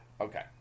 Okay